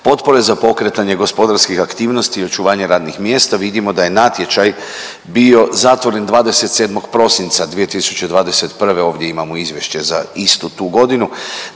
potpore za pokretanje gospodarskih aktivnosti i očuvanje radnih mjesta vidimo da je natječaj bio zatvoren 27. prosinca 2021., ovdje imamo izvješće za istu tu godinu,